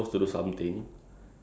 oh ya